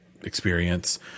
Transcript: experience